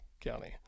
County